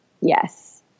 Yes